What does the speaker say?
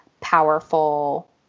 powerful